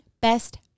best